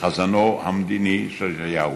כחזונו המדיני של ישעיהו,